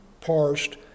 parsed